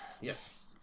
Yes